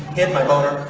hid my boner,